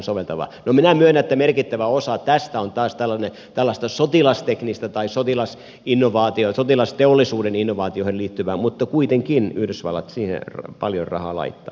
no minä myönnän että merkittävä osa tästä on taas tällaista sotilasteknistä tai sotilasteollisuuden innovaatioihin liittyvää mutta kuitenkin yhdysvallat siihen paljon rahaa laittaa